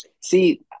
See